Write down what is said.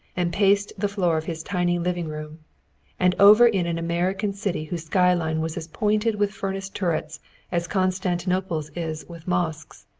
and paced the floor of his tiny living-room and over in an american city whose skyline was as pointed with furnace turrets as constantinople's is with mosques,